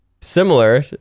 similar